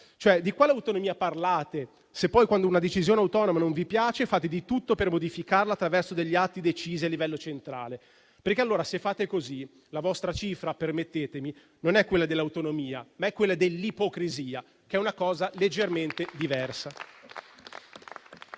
Di quale autonomia parlate, se poi, quando una decisione autonoma non vi piace, fate di tutto per modificarla attraverso atti decisi a livello centrale? Se fate così, infatti, la vostra cifra - permettetemi - non è quella dell'autonomia ma è quella dell'ipocrisia che è una cosa leggermente diversa.